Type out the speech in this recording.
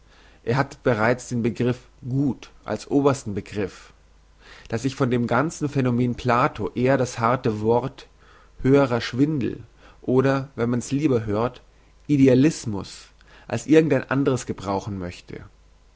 er hat bereits den begriff gut als obersten begriff dass ich von dem ganzen phänomen plato eher das harte wort höherer schwindel oder wenn man's lieber hört idealismus als irgend ein andres gebrauchen möchte